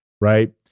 right